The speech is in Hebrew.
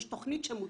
יש תוכנית שמותאמת